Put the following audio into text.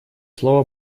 слово